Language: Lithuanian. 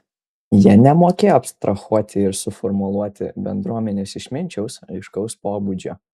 jie nemokėjo abstrahuoti ir suformuluoti bendruomenės išminčiaus aiškaus pobūdžio